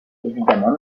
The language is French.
évidemment